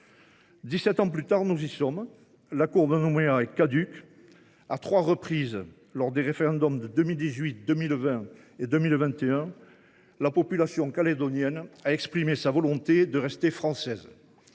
ans plus tard, l’accord de Nouméa est caduc : à trois reprises, lors des référendums de 2018, 2020 et 2021, la population calédonienne a exprimé sa volonté de rester française.